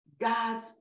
God's